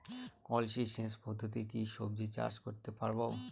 কলসি সেচ পদ্ধতিতে কি সবজি চাষ করতে পারব?